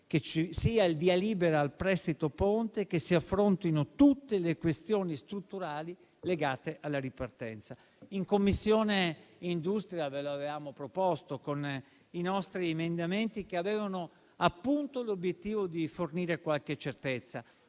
ci sia il via libera al prestito ponte e che si affrontino tutte le questioni strutturali legate alla ripartenza. In Commissione industria ve l'avevamo proposto con i nostri emendamenti, che avevano appunto l'obiettivo di fornire qualche certezza.